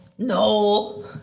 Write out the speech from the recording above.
No